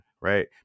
right